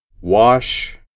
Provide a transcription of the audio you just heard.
Wash